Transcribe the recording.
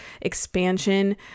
expansion